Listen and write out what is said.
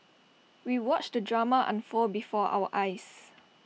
we watched the drama unfold before our eyes